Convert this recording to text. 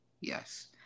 Yes